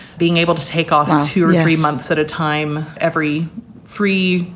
being able to take off two or three months at a time, every three,